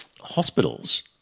hospitals